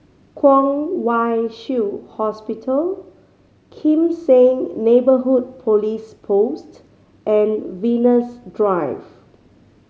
Kwong Wai Shiu Hospital Kim Seng Neighbourhood Police Post and Venus Drive